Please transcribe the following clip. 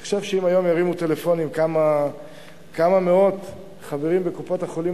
אני חושב שאם היום ירימו טלפונים כמה מאות חברים בקופות-החולים